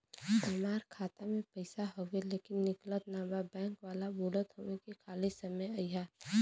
हमार खाता में पैसा हवुवे लेकिन निकलत ना बा बैंक वाला बोलत हऊवे की खाली समय में अईहा